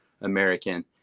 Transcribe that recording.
American